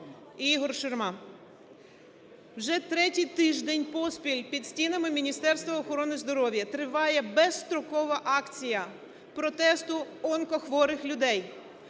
Ігор Шурма. Вже третій тиждень поспіль під стінами Міністерства охорони здоров'я триває безстрокова акція протесту онкохворих людей.